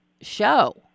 show